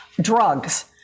drugs